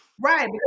Right